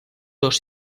dos